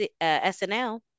SNL